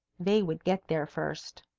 they would get there first.